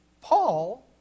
Paul